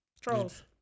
Trolls